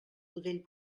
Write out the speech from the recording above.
budell